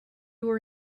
were